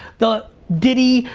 the diddy,